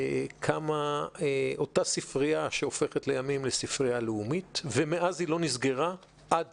קמה אותה ספרייה שהופכת לימים לספרייה הלאומית ומאז היא לא נסגרה עד